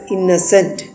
Innocent